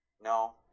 No